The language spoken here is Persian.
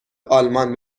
آلمان